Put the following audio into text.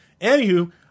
anywho